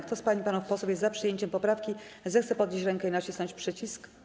Kto z pań i panów posłów jest za przyjęciem poprawki, zechce podnieść rękę i nacisnąć przycisk.